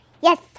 Yes